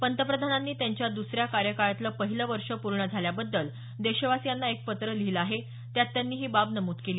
पंतप्रधानांनी त्यांच्या द्सऱ्या कार्यकाळातलं पहिलं वर्ष पूर्ण झाल्याबद्दल देशवासियांना एक पत्र लिहिलं आहे त्यात त्यांनी ही बाब नमूद केली